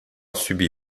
subi